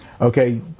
okay